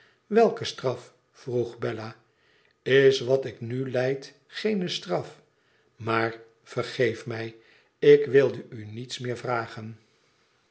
welke straf vroeg bella is wat ik nu lijd geene straf maar vergeef mij ik wilde u niets meer vragen